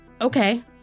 Okay